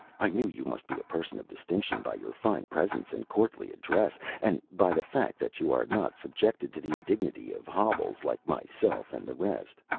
i knew you must be a person of distinction, by your fine presence and courtly address, and by the fact that you are not subjected to the indignity of hobbles, like myself and the rest.